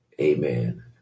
Amen